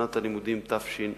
שנת הלימודים תשע"א.